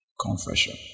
Confession